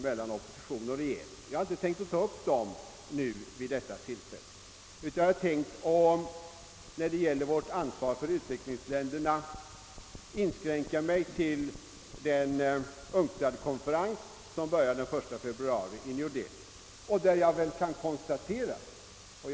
Jag har emellertid inte tänkt att ta upp några sådana frågor vid detta tillfälle. När det gäller vårt ansvar för utvecklingsländerna ämnar jag inskränka mig till att tala om UNCTAD-konferensen, som börjar den 1 februari i New Delhi.